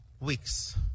weeks